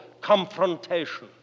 confrontation